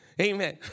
Amen